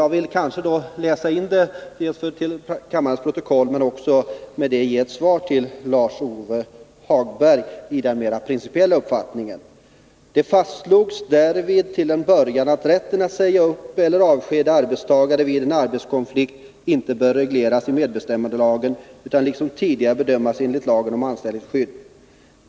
Jag vill läsa in en del av vårt yttrande till kammarens protokoll, och med det ger jag också ett svar till Lars-Ove Hagberg på hans fråga om vår principiella uppfattning: ”Det fastslogs därvid till en början att rätten att säga upp eller avskeda arbetstagare vid en arbetskonflikt inte bör regleras i medbestämmandelagen utan liksom tidigare bedömas enligt lagen om anställningsskydd.